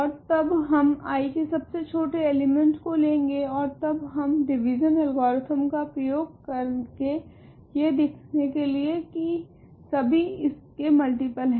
ओर तब हम I के सबसे छोटे एलिमेंट को लेगे ओर तब हम डिविजन एल्गॉरिथ्म का प्रयोग करेगे यह दिखने के लिए की सभी इसके मल्टीपल है